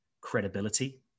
credibility